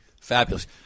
fabulous